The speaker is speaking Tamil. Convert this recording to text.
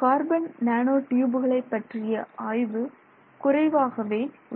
கார்பன் நேனோ டியூபுகளை பற்றிய ஆய்வு குறைவாகவே உள்ளது